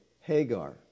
Hagar